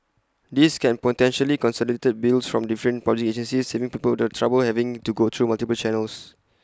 this can potentially consolidate bills from different public agencies saving people the trouble of having to go through multiple channels